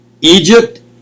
Egypt